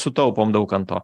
sutaupom daukanto